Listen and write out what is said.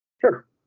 Sure